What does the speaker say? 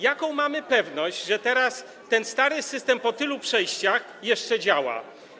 Jaką mamy pewność, że teraz stary system po tylu przejściach jeszcze działa?